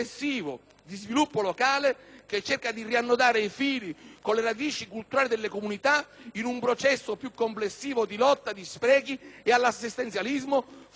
con le radici culturali delle comunità in un processo più complessivo di lotta agli sprechi e all'assistenzialismo, fondando politiche nuove sulle peculiari vocazioni della Regione.